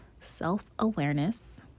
self-awareness